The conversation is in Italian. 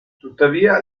tuttavia